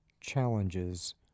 challenges